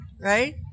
right